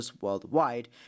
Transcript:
worldwide